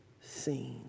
seen